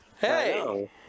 hey